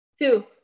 Two